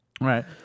Right